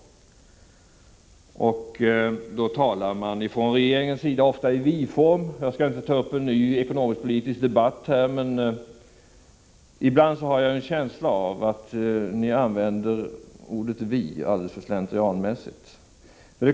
Då talar man från regeringens sida ofta i vi-form. Jag skall inte ta upp en ny ekonomisk-politisk debatt här, men ibland har jag en känsla av att ni använder ordet vi alltför slentrianmässigt.